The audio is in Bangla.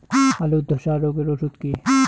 আলুর ধসা রোগের ওষুধ কি?